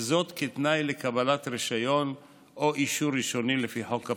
וזאת כתנאי לקבלת רישיון או אישור ראשוני לפי חוק הפיקוח.